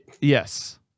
Yes